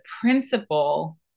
principle